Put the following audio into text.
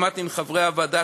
שמעתי מחברי הוועדה,